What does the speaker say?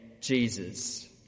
Jesus